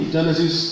Genesis